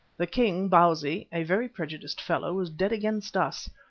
the king, bausi, a very prejudiced fellow, was dead against us.